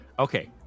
Okay